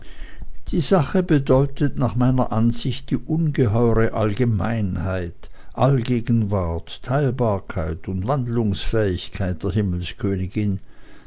die sache bedeutet nach meiner ansicht die ungeheure allgemeinheit allgegenwart teilbarkeit und wandlungsfähigkeit der